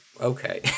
Okay